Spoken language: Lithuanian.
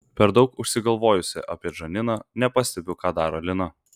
per daug užsigalvojusi apie džaniną nepastebiu ką daro lina